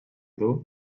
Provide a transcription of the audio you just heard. dur